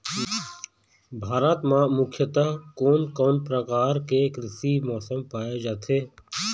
भारत म मुख्यतः कोन कौन प्रकार के कृषि मौसम पाए जाथे?